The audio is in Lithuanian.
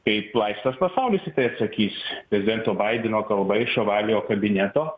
kaip laisvas pasaulis į tai atsakys prezidento baideno kalba iš ovaliojo kabineto